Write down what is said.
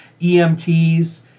EMTs